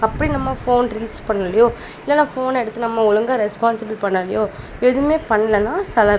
அப்படி நம்ம phone reach பண்ணலயோ இல்லைன்னா ஃபோனை எடுத்து நம்ம ஒழுங்கா ரெஸ்பான்சிபிள் பண்ணலயோ எதுவுமே பண்ணலன்னா சில